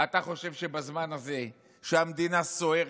אתה חושב שבזמן הזה שהמדינה סוערת,